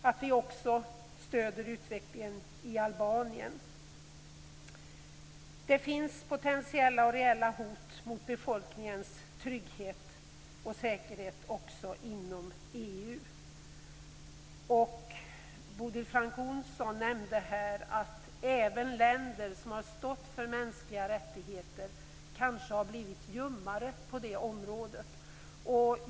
Det är också viktigt att vi stöder utvecklingen i Albanien. Det finns potentiella och reella hot mot befolkningens trygghet och säkerhet också inom EU. Bodil Francke Ohlsson nämnde att även länder som har stått för mänskliga rättigheter kanske har blivit ljummare på det området.